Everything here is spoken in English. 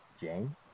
Jane